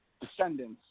descendants